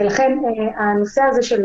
ולכן הנושא הזה של,